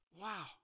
Wow